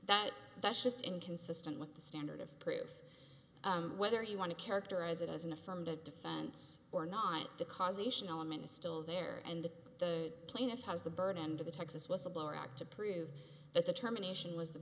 that that's just inconsistent with the standard of proof whether you want to characterize it as an affirmative defense or not the causation element is still there and the plaintiff has the burden and the texas whistleblower act to prove that determination was the